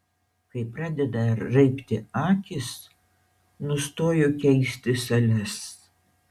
kai pradeda raibti akys nustoju keisti sales